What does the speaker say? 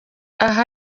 aha